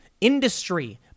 industry